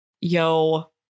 yo